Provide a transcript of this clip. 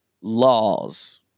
laws